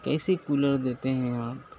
کیسے کولر دیتے ہیں آپ